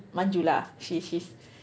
maju lah she she's